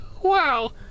wow